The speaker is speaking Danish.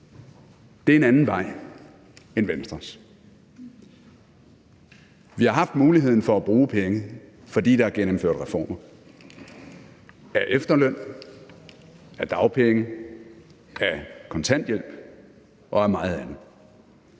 Det er en anden vej end Venstres. Vi har haft muligheden for at bruge penge, fordi der er gennemført reformer – af efterløn, af dagpenge, af kontanthjælp og af meget andet.